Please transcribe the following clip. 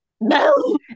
No